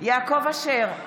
יעקב אשר,